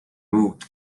moved